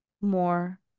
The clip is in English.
more